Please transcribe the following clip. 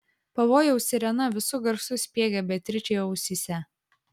pavojaus sirena visu garsu spiegė beatričei ausyse